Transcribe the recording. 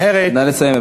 נא לסיים.